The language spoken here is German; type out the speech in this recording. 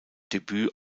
debüt